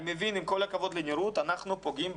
אני מבין,